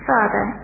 Father